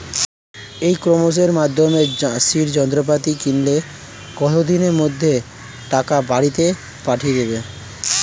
ই কমার্সের মাধ্যমে চাষের যন্ত্রপাতি কিনলে কত দিনের মধ্যে তাকে বাড়ীতে পাঠিয়ে দেবে?